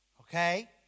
Okay